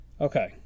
okay